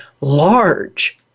large